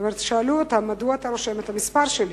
שאלו אותם: מדוע אתה רושם את המספר שלי?